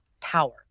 power